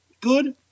Good